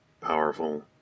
powerful